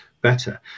better